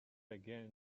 again